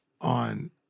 on